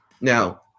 Now